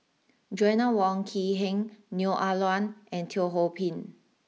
Joanna Wong Quee Heng Neo Ah Luan and Teo Ho Pin